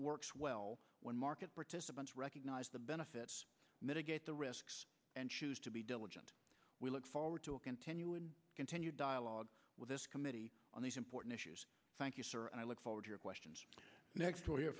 works well when market participants recognize the benefits mitigate the risks and choose to be diligent we look forward to continue and continue dialogue with this committee on these important issues thank you sir and i look forward your questions